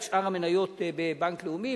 את שאר המניות בבנק לאומי,